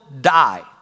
die